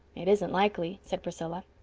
it isn't likely, said priscilla.